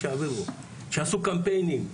שיעשו קמפיינים.